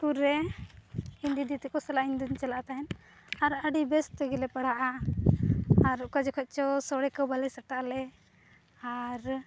school ᱨᱮ ᱤᱧᱫᱤᱫᱤ ᱛᱟᱠᱚ ᱥᱟᱞᱟᱜ ᱤᱧᱫᱚᱧ ᱪᱟᱞᱟᱜ ᱛᱟᱦᱮᱫ ᱟᱨ ᱟᱹᱰᱤ ᱵᱮᱥ ᱛᱮᱜᱮᱞᱮ ᱯᱟᱲᱦᱟᱜᱼᱟ ᱟᱨ ᱚᱠᱟ ᱡᱚᱠᱷᱚᱱᱪᱚ ᱥᱚᱲᱮᱠᱚ ᱵᱟᱞᱮ ᱥᱟᱴᱟᱜᱟᱞᱮ ᱟᱨ